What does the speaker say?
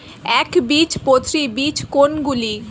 একবীজপত্রী বীজ কোন গুলি?